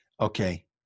okay